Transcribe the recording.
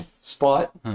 spot